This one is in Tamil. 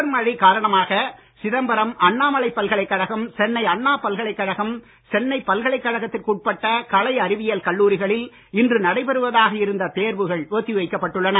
தொடர் மழை காரணமாக சிதம்பரம் அண்ணாமலை பலகலைக் கழகம் சென்னை அண்ணா பல்கலைக்கழகம் சென்னைப் பல்கலைக் கழகத்திற்கு உட்பட் கலை அறிவியல் கல்லூரிகளில் இன்று நடைபெறுவதாக இருந்த தேர்வுகள் ஒத்திவைப் பட்டுள்ளன